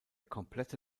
komplette